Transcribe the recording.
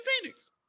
Phoenix